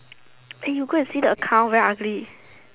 you go and see the account very ugly